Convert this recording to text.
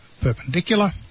Perpendicular